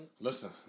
Listen